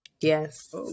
Yes